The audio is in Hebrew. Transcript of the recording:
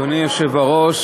אדוני היושב-ראש,